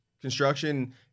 construction